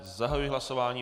Zahajuji hlasování.